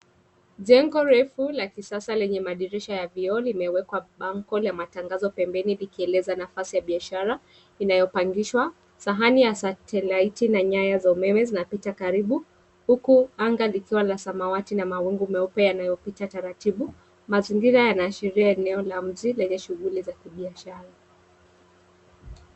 Jengo refu la kisasa lrnye madirisha ya vioo limewekwa bango ya matangazo pemebeni vikieleza nafasi ya biashara inayopangishwa, sahani ya STARLIGHTI na nyaya za umeme zinapita karibu huku anga likiwa ya samawati na mauungu meupe yanayopita taratibu. Mazingira yanaashiria eneo la mji yenye shughuli za kibiashara.